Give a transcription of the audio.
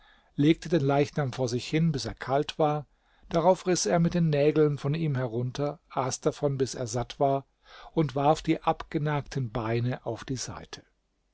legte den leichnam vor sich hin bis er kalt war darauf riß er mit den nägeln von ihm herunter aß davon bis er satt war und warf die abgenagten beine auf die seite